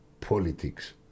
politics